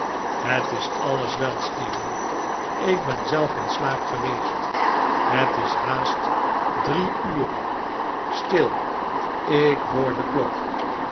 het is alles wel stephen ik ben zelf in slaap geweest het is haast drie ure stil ik hoor de klok